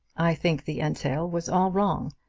i think the entail was all wrong,